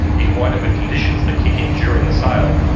you can wind up with conditions that kick in during the sale,